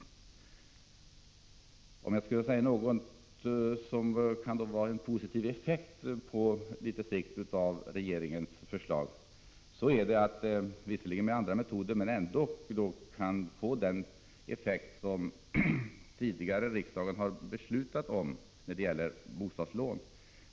Jag kanske också skall säga något om vad som på sikt kan vara positivt med regeringens förslag. Visserligen sker det med andra metoder än de centern föreslagit, men vi kan ändå få den effekt riksdagen tidigare har beslutat om när det gäller bostadslån.